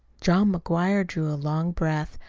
john mcguire drew a long breath.